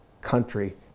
country